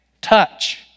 touch